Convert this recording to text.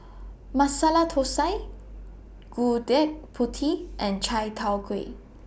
Masala Thosai Gudeg Putih and Chai Tow Kway